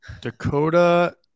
Dakota